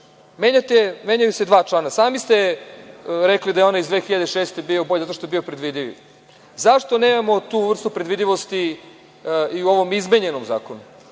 Menjaju se dva člana. Sami ste rekli da je onaj iz 2006. bio bolji, zato što je bio predvidiv. Zašto nemamo tu vrstu predvidivosti i u ovom izmenjenom zakonu?